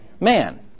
man